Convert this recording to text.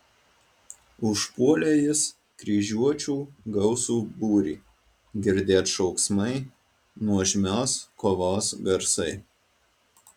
užpuolė jis kryžiuočių gausų būrį girdėt šauksmai nuožmios kovos garsai